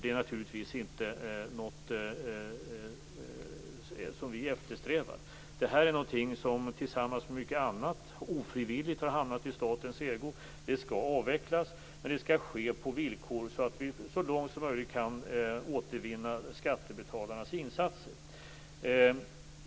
Det är naturligtvis ingenting som vi eftersträvar. Detta är någonting som tillsammans med mycket annat ofrivilligt har hamnat i statens ägo. Innehavet skall avvecklas. Det skall ske på villkor så att vi så långt som möjligt kan återvinna skattebetalarnas insatser.